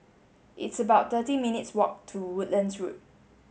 it's about thirty minutes' walk to Woodlands Road